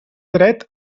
dret